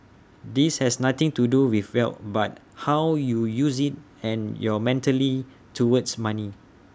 this has nothing to do with wealth but how you use IT and your mentally towards money